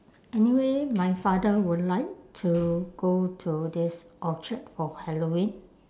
anyway my father would like to go to this orchard for halloween